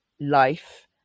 life